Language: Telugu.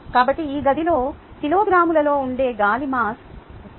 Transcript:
కాబట్టి ఈ గదిలో కిలోగ్రాములలో ఉండే గాలి మాస్ 150 సార్లు 1